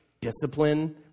Discipline